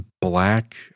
black